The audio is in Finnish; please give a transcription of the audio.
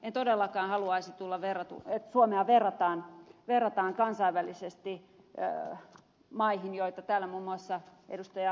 en todellakaan haluaisi että suomea verrataan kansainvälisesti maihin joita täällä muun muassa ed